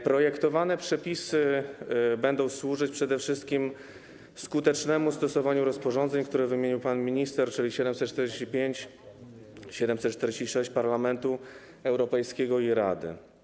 Projektowane przepisy będą służyć przede wszystkim skutecznemu stosowaniu rozporządzeń, które wymienił pan minister, czyli 745 i 746 Parlamentu Europejskiego i Rady.